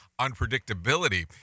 unpredictability